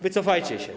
Wycofajcie się.